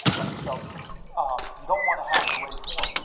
but so you don't wanna have to raise more.